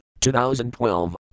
2012